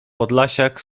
podlasiak